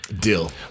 Deal